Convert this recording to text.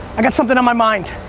i got something on my mind,